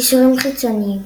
עמודים 111-112 קישורים חיצוניים